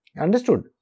Understood